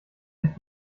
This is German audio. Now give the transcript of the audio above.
sich